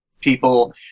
people